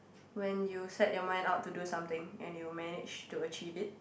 when you set your mind out to do something and you managed to achieve it